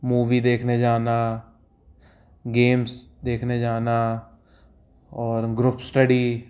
movie देखने जाना games देखने जाना और ग्रुप स्टडी